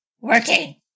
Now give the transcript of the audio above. Working